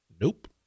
nope